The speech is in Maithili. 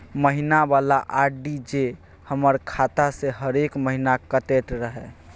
महीना वाला आर.डी जे हमर खाता से हरेक महीना कटैत रहे?